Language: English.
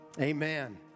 Amen